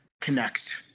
connect